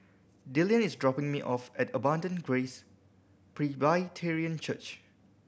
Dillan is dropping me off at Abundant Grace Presbyterian Church